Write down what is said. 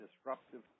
disruptive